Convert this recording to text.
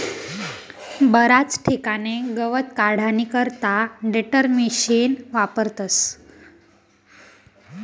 बराच ठिकाणे गवत काढानी करता टेडरमिशिन वापरतस